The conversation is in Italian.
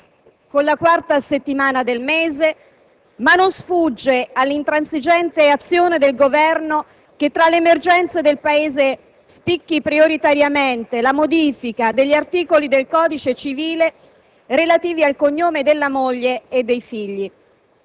con la quarta settimana del mese, ma non sfugge all'intransigente azione del Governo che, tra le emergenze del Paese, spicchi prioritariamente la modifica degli articoli del codice civile relativi al cognome della moglie e dei figli.